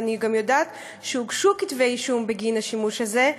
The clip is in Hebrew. ואני גם יודעת שהוגשו כתבי-אישום בגין השימוש הזה,